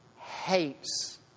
hates